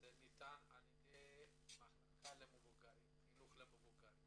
זה ניתן על ידי מחלקה חינוך למבוגרים.